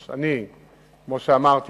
ואני מקווה שישנו את החוקים ונוכל לזרז,